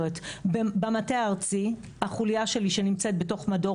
במטה הארצי החוליה שלי שנמצאת בתוך מדור